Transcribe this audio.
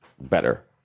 better